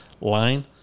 line